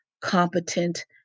competent